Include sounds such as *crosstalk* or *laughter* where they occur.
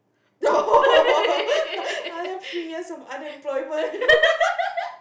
*laughs* no I have three years of unemployment